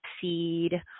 seed